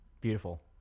Beautiful